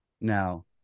Now